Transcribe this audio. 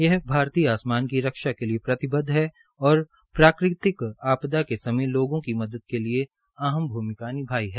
यह भारतीय आसमान की रक्षा के लिए प्रतिबद्व है और प्राकृतिक आपदा समय लोगों की मदद के लिए अहम भूमिका निभाई है